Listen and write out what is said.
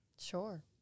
Sure